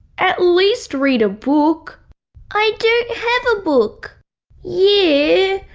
at least read a book i don't have a book yeah,